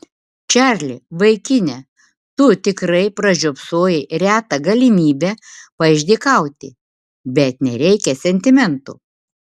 čarli vaikine tu tikrai pražiopsojai retą galimybę paišdykauti bet nereikia sentimentų